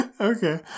okay